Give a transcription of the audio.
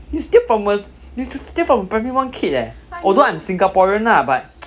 you steal from a you steal from primary one kid leh although I'm singaporean ah but